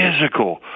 physical